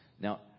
Now